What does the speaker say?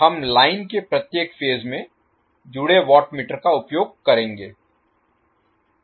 हम लाइन के प्रत्येक फेज में जुड़े वाट मीटर का उपयोग करेंगे